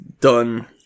done